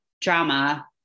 drama